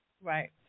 Right